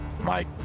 Mike